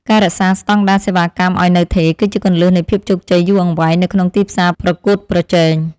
ការរក្សាស្តង់ដារសេវាកម្មឱ្យនៅថេរ គឺជាគន្លឹះនៃភាពជោគជ័យយូរអង្វែងនៅក្នុងទីផ្សារប្រកួតប្រជែង។